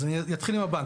אז אני אתחיל עם הבנק.